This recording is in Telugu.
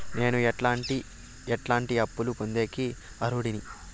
నేను ఎట్లాంటి ఎట్లాంటి అప్పులు పొందేకి అర్హుడిని?